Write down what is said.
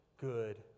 good